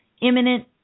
imminent